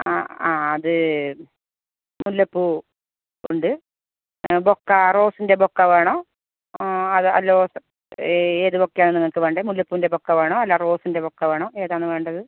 ആ ആ അത് മുല്ലപ്പൂ ഉണ്ട് ബൊക്കെ റോസിൻ്റെ ബൊക്കെ വേണോ അതൊ അല്ലോ ഏ ഏത് ബൊക്കെ ആണ് നിങ്ങൾക്ക് വേണ്ടത് മുല്ലപ്പൂവിൻ്റെ ബൊക്കെ വേണോ അല്ല റോസിൻ്റെ ബൊക്കെ വേണോ ഏതാണ് വേണ്ടത്